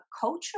culture